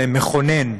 מכונן,